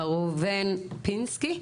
מר ראובן פינסקי.